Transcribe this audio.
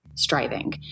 striving